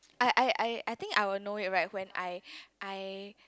I I I I think I will know it right when I I